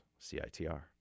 CITR